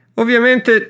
ovviamente